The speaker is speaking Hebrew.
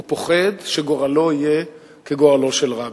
הוא פוחד שגורלו יהיה כגורלו של רבין.